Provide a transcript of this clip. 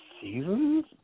seasons